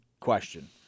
question